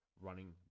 running